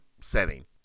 setting